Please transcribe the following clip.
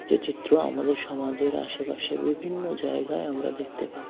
যে চিত্র আমাদের সমাজের আশেপাশে বিভিন্ন জায়গায় আমরা দেখতে পাই